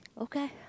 Okay